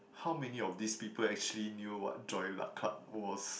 how many of these people actually knew what joy luck club was